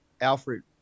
Alfred